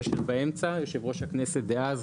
כאשר באמצע יושב-ראש הכנסת דאז,